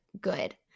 Good